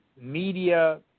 media